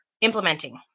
implementing